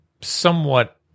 somewhat